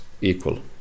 equal